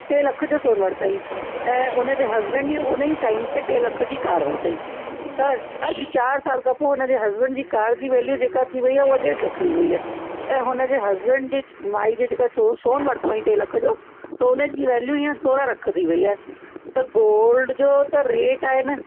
टे लख जो सोन वरिताईं ऐं उनजे हसबैंड उन जी टाइम ते टे लख जी कार वरिताईं त अॼु चार साल खां पोइ उनजे हसबैंड जी कार जी वेल्यू जेका थी वयी आहे उहो ॾेढ लख थी वयी आहे ऐं हुनजे हसबैंड जी माई जेका सोन वरितो वईं टे लख जो त सोन जी वेल्यू हींअर सोरहं लख थी वयी आहे त गोल्ड जो त रेट आहे न